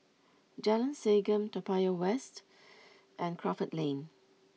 Jalan Segam Toa Payoh West and Crawford Lane